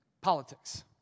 Politics